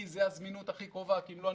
כי זו הזמינות הכי קרובה ואם לא,